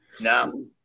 No